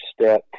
step